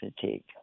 fatigue